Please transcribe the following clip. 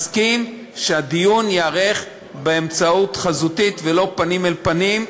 מסכים שהדיון ייערך בהתוועדות חזותית ולא פנים אל פנים,